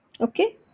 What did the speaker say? Okay